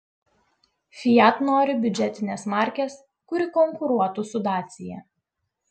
fiat nori biudžetinės markės kuri konkuruotų su dacia